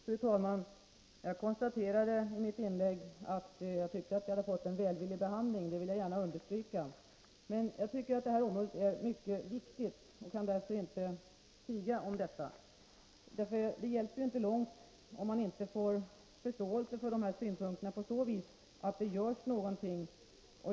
Fru talman! Jag konstaterade i mitt inlägg att vår motion hade fått en välvillig behandling. Det vill jag gärna understryka. Området är emellertid mycket viktigt, och jag kan inte tiga om detta. Det hjälper inte långt om man inte får förståelse för sina synpunkter på så sätt att det görs någonting.